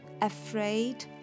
afraid